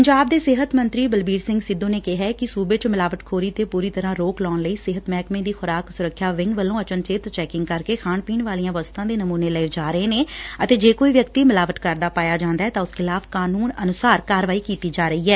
ਪੰਜਾਬ ਦੇ ਸਿਹਤ ਮੰਤਰੀ ਬਲਬੀਰ ਸਿੰਘ ਸਿੱਧੁ ਨੇ ਕਿਹੈ ਕਿ ਸੁਬੇ ਚ ਮਿਲਾਵਟ ਖੋਰੀ ਤੇ ਪੁਰੀ ਤਰੁਾਂ ਰੋਕ ਲਾਉਣ ਲਈ ਸਿਹਤ ਮਹਿਕਮੇ ਦੀ ਖੁਰਾਕ ਸੁਰੱਖਿਆ ਵਿੰਗ ਵੱਲੋਂ ਅਚਨਚੇਤ ਚੈਂਕਿੰਗ ਕਰਕੇ ਖਾਣ ਪੀਣ ਵਾਲੀਆਂ ਵਸਤਾਂ ਦੇ ਨਮੂਨੇ ਲਾਏ ਜਾ ਰਹੇ ਨੇ ਅਤੇ ਜੇ ਕੋਈ ਵਿਅਕਤੀ ਮਿਲਾਵਟ ਕਰਦਾ ਪਾਇਆ ਜਾਂਦੈ ਤਾਂ ਉਸ ਖਿਲਾਫ਼ ਕਾਨੁੰਨ ਅਨੁਸਾਰ ਕਾਰਵਾਈ ਕੀਤੀ ਜਾ ਰਹੀ ਐ